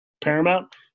paramount